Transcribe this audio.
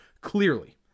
clearly